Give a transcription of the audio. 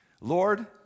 Lord